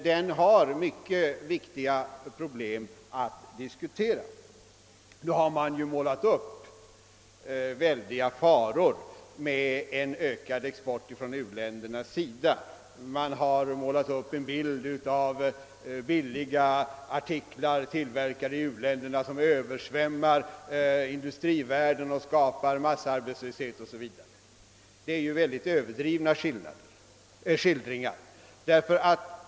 Den kommer att få mycket viktiga problem att behandla. Nu har det målats upp en skräckbild av de oerhörda farorna med en ökad export från u-länderna, en bild av billiga varor som tillverkats där översvämmar industrivärlden och skapar massarbetslöshet o. s. v. Det är mycket överdrivna skildringar.